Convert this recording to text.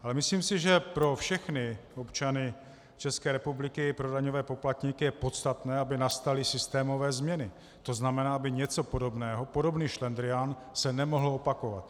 Ale myslím si, že pro všechny občany České republiky, pro daňové poplatníky je podstatné, aby nastaly systémové změny, to znamená, aby něco podobného, aby podobný šlendrián se nemohl opakovat.